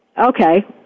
okay